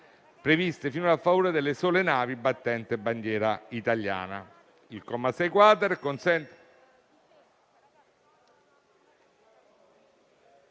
previsti finora a favore delle sole navi battenti bandiera italiana.